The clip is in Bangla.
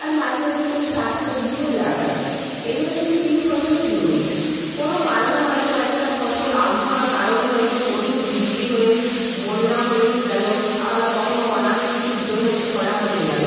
আর মাঝে মাঝে কেউ শাক সবজিও লাগায় এগুলো কিন্তু তিন ফসলি জমি কোনো কারণে হয়তো একটা ফসল আবহাওয়ার কারণে হয়তো প্রচুর বৃষ্টি হয়ে বন্যা হয়ে গেলো আবার কখনো অনাবৃষ্টির জন্য খরা হয়ে গেলো